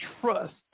trust